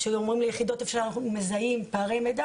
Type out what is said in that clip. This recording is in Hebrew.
כשאנחנו מזהים פערי מידע,